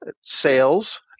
sales